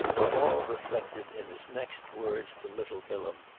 were all reflected in his next words to little bilham.